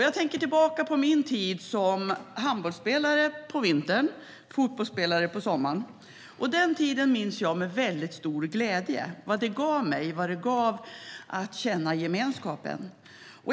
Jag tänker tillbaka på min tid som handbollsspelare på vintern och fotbollsspelare på sommaren. Den tiden minns jag med stor glädje. Idrotten och gemenskapen gav mig mycket.